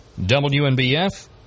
WNBF